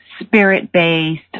spirit-based